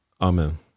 Amen